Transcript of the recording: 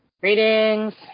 Greetings